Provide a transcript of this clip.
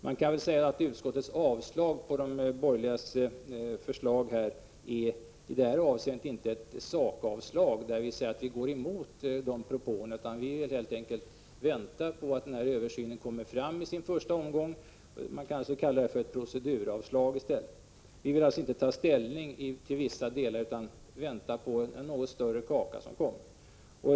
Man kan säga att utskottets yrkande om avslag på de borgerligas förslag i detta avseende inte gäller ett sakavslag, där vi går emot dessa propåer. Vi vill helt enkelt vänta på att den första omgången av översynen slutförs, och därför är det fråga om ett proceduravslag. I vissa delar vill vi inte ta ställning, utan vi väntar på den något större kaka som kommer.